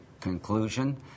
conclusion